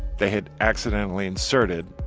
they had accidentally inserted